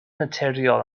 naturiol